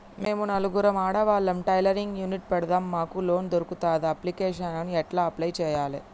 మేము నలుగురం ఆడవాళ్ళం టైలరింగ్ యూనిట్ పెడతం మాకు లోన్ దొర్కుతదా? అప్లికేషన్లను ఎట్ల అప్లయ్ చేయాలే?